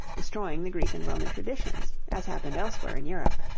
destroying the greek and roman traditions, as happened elsewhere in europe.